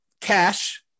Cash